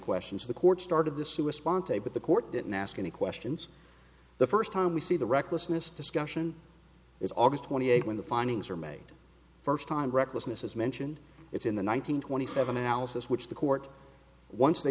questions of the court start of the sue a sponsor what the court didn't ask any questions the first time we see the recklessness discussion is august twenty eighth when the findings are made first time recklessness is mentioned it's in the one nine hundred twenty seven analysis which the court once they